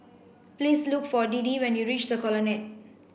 please look for Deedee when you reach The Colonnade